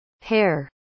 hair